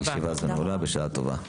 הישיבה הזאת נעולה, בשעה טובה.